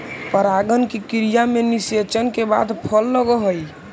परागण की क्रिया में निषेचन के बाद फल लगअ हई